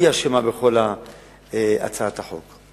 היא אשמה בכל הצעת החוק.